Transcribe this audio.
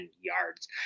yards